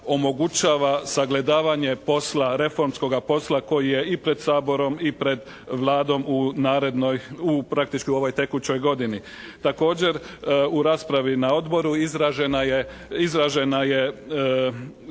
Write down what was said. omogućava sagledavanja posla, reformskoga posla koji je i pred Saborom i pred Vladom u narednoj, u praktički ovoj tekućoj godini. Također, u raspravi na Odboru izražena je